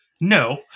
No